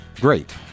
great